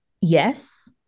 Yes